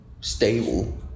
stable